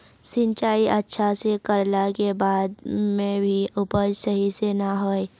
सिंचाई अच्छा से कर ला के बाद में भी उपज सही से ना होय?